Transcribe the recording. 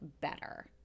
better